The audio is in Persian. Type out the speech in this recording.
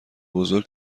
بزرگ